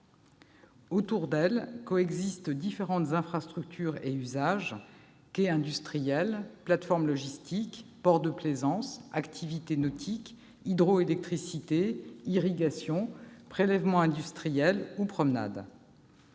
Autour d'elles coexistent différentes infrastructures et usages : quais industriels, plateformes logistiques, ports de plaisance, activités nautiques, hydroélectricité, irrigation, prélèvements industriels ou promenades.